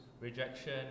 rejection